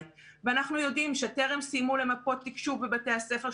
ואנחנו יודעים שטרם סיימו למפות תקשוב בבתי הספר,